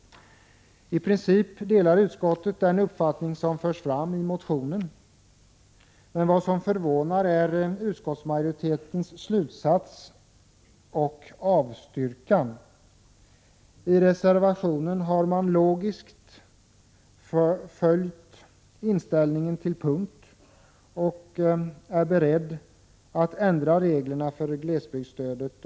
I princip delar utskottet den uppfattning som förs fram i motionen. Vad som förvånar är emellertid utskottsmajoritetens slutsats och avstyrkan. I reservationen har man logiskt följt inställningen till punkt, och man är beredd att tillstyrka motionen och ändra reglerna för glesbygdsstödet.